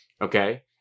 Okay